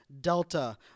Delta